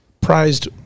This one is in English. prized